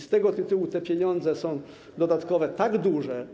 Z tego tytułu te pieniądze dodatkowe są tak duże.